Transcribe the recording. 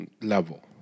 level